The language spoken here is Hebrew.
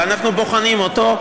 ואנחנו בוחנים אותו,